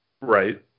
Right